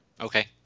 Okay